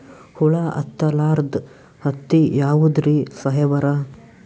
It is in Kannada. ಹುಳ ಹತ್ತಲಾರ್ದ ಹತ್ತಿ ಯಾವುದ್ರಿ ಸಾಹೇಬರ?